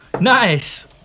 Nice